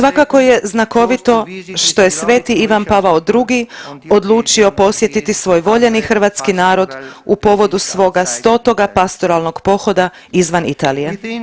Svakako je znakovito što je sveti Ivan Pavao II odlučio posjetiti svoj voljeni hrvatski narod u povodu svoga stotoga pastoralnog pohoda izvan Italije.